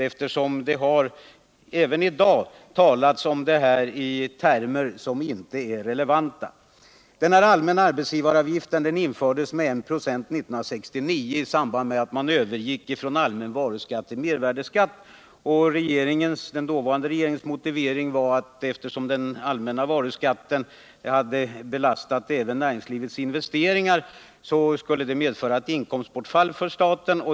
Det har även i dag talats om de här frågorna i termer som inte är relevanta. Allmän arbetsgivaravgift med 1 96 infördes 1969 i samband med att man övergick från allmän varuskatt till mervärdeskatt. Den dåvarande regeringens motivering var att den allmänna varuskatten hade belastat även näringslivets investeringar och att ett borttagande av den skulle medföra ett inkomstbortfall för staten.